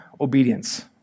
obedience